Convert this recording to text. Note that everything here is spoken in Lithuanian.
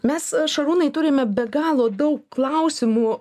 mes šarūnai turime be galo daug klausimų